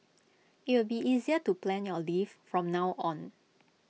IT will be easier to plan your leave from now on